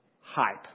hype